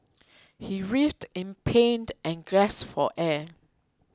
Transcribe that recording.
he writhed in pained and gasped for air